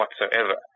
whatsoever